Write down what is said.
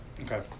Okay